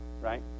right